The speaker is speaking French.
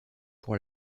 pour